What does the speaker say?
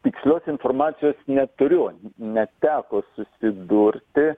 tikslios informacijos neturiu neteko susidurti